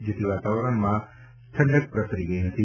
જેથી વાતાવરણમાં ઠંડક પ્રસરી હતી